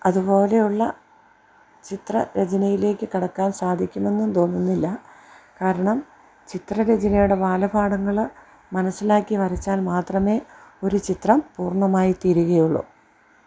അതുപോലെയുള്ള ചിത്ര രചനയിലേക്ക് കടക്കാൻ സാധിക്കുമെന്നും തോന്നുന്നില്ല കാരണം ചിത്രരചനയുടെ ബാലപാഠങ്ങൾ മനസ്സിലാക്കി വരച്ചാൽ മാത്രമേ ഒരു ചിത്രം പൂർണ്ണമായി തീരുകയുള്ളൂ